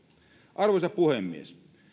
arvoisa puhemies